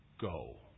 Go